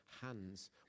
hands